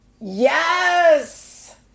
Yes